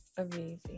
amazing